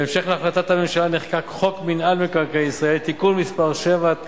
בהמשך להחלטת הממשלה נחקק חוק מינהל מקרקעי ישראל (תיקון מס' 7),